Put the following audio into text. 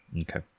Okay